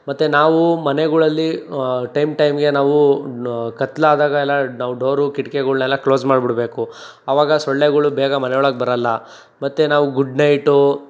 ಮತ್ತು ನಾವು ಮನೆಗಳಲ್ಲಿ ಟೈಮ್ ಟೈಮ್ಗೆ ನಾವು ಕತ್ಲುದಾಗ ಎಲ್ಲ ನಾವು ಡೋರು ಕಿಟ್ಕಿಗುಳ್ನೆಲ್ಲ ಕ್ಲೋಸ್ ಮಾಡಿಬಿಡ್ಬೇಕು ಆವಾಗ ಸೊಳ್ಳೆಗಳು ಬೇಗ ಮನೆಯೊಳಗೆ ಬರಲ್ಲ ಮತ್ತು ನಾವು ಗುಡ್ನೈಟು